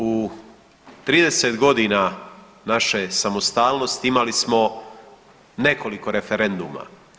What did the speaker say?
U 30 godina naše samostalnosti imali smo nekoliko referenduma.